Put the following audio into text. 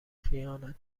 خیانت